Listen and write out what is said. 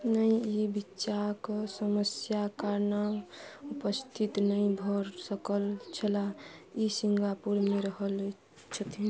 नहि ई वीजाके समस्या कारणे उपस्थित नहि भऽ सकल छलाह ई सिङ्गापुरमे रहल अछि छथिन